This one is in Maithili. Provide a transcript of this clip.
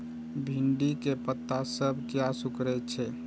भिंडी के पत्ता सब किया सुकूरे छे?